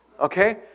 Okay